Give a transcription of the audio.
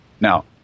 Now